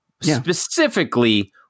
specifically